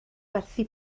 werthu